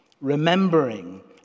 remembering